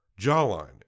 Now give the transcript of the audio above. Jawline